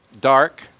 dark